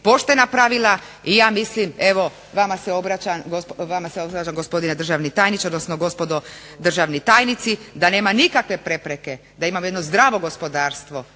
poštena pravila. I ja mislim evo vama se obraćam gospodine državni tajniče, odnosno gospodo državni tajnici da nema nikakve prepreke da imamo jedno zdravo gospodarstvo.